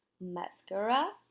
mascara